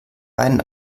einen